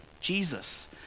Jesus